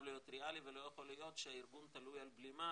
להיות ריאלי ולא יכול להיות שהארגון תלוי על בלימה